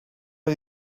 are